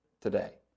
today